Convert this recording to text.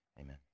Amen